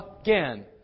again